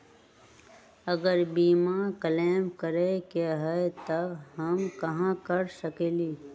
अगर बीमा क्लेम करे के होई त हम कहा कर सकेली?